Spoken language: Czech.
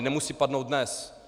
Nemusí padnout dnes.